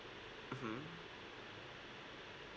mmhmm